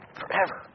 forever